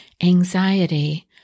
anxiety